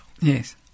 Yes